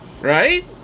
Right